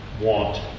want